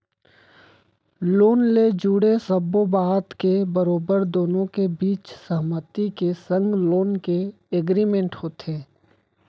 loan ले जुड़े सब्बो बात के बरोबर दुनो के बीच सहमति के संग लोन के एग्रीमेंट होथे